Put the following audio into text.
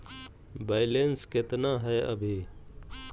Balance केतना हय अभी?